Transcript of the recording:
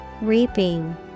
Reaping